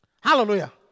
Hallelujah